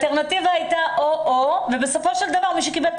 והאלטרנטיבה הייתה או או ובסופו של דבר מי שקיבל את